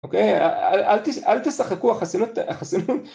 אל תשחקו החסינות